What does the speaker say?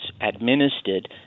administered